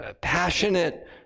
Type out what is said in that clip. passionate